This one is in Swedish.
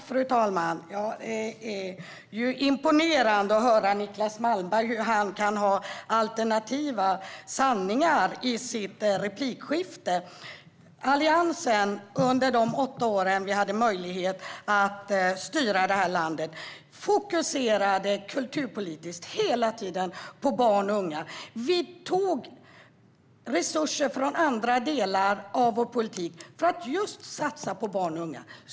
Fru talman! Det är imponerande att höra att Niclas Malmberg kan ha alternativa sanningar i sitt replikskifte. Under de åtta år som Alliansen hade möjlighet att styra detta land fokuserade vi kulturpolitiskt hela tiden på barn och unga. Vi tog resurser från andra delar av vår politik för att satsa på just barn och unga.